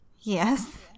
Yes